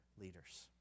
leaders